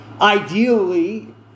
ideally